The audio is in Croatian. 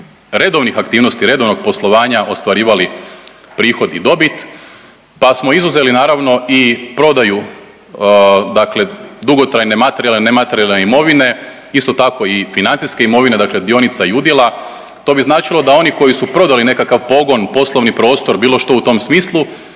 redovnih aktivnosti redovnog poslovanja ostvarivali prihod i dobit, pa smo izuzeli naravno i prodaju dakle dugotrajne materijalne i nematerijalne imovine, isto tako i financijske imovine, dakle dionica i udjela. To bi značilo da oni koji su prodali nekakav pogon i poslovni prostor, bilo što u tom smislu,